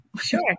Sure